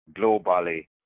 globally